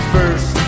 First